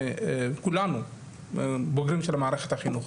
כולנו בוגרים של מערכת החינוך,